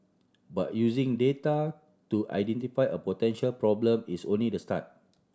but using data to identify a potential problem is only the start